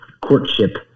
courtship